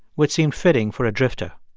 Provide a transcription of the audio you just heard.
which seemed fitting for a drifter